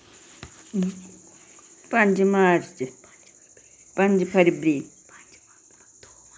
पंज मार्च पंज फरवरी